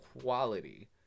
quality